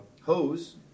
hose